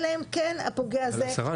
אלא אם כן הפוגע הזה --- השרה,